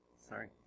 Sorry